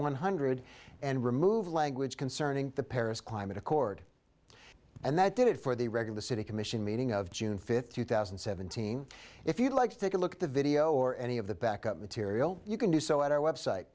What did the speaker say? one hundred and remove language concerning the paris climate accord and that did it for the regular city commission meeting of june fifth two thousand and seventeen if you'd like to take a look at the video or any of the back up material you can do so at our website